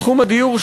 תחום הדיור,